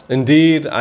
Indeed